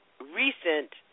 recent